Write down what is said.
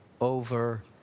over